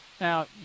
Now